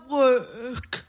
work